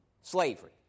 Slavery